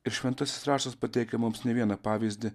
ir šventasis raštas pateikia mums ne vieną pavyzdį